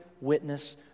witness